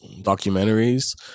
documentaries